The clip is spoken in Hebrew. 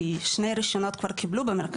כי כבר קיבלו שני רישיונות במרכז